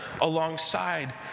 alongside